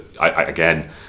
again